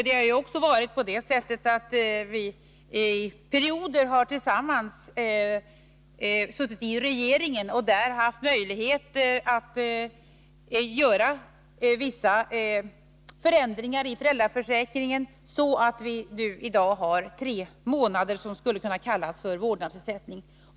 I perioder har vi ju tillsammans suttit i regeringen och haft möjligheter att göra vissa förändringar i föräldraförsäkringen, så att vi i dag har ett system enligt vilket man under tre månader kan få vad man skulle kunna kalla för vårdnadsersättning.